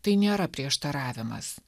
tai nėra prieštaravimas